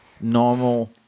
normal